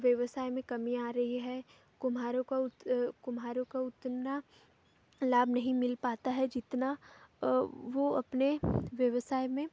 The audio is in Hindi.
व्यवसाय में कमी आ रही है कुम्हारों को उत कुम्हारों को उतना लाभ नहीं मिल पाता है जितना वो अपने व्यवसाय में